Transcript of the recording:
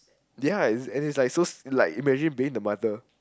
ya and it's like so like imagine being the mother